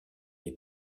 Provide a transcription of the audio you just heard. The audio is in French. les